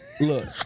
look